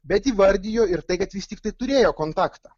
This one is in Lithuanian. bet įvardijo ir tai kad jis tiktai turėjo kontaktą